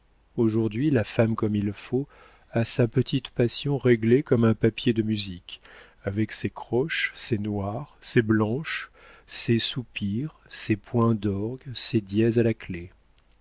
aujourd'hui la femme comme il faut a sa petite passion réglée comme un papier de musique avec ses croches ses noires ses blanches ses soupirs ses points d'orgue ses dièzes à la clef